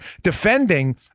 defending